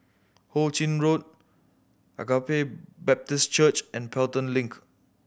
Ho Ching Road Agape Baptist Church and Pelton Link